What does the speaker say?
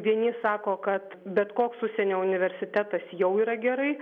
vieni sako kad bet koks užsienio universitetas jau yra gerai